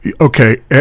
Okay